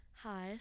Hi